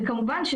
וכמובן,